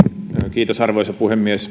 kuluttua arvoisa puhemies